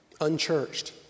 unchurched